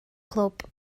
clwb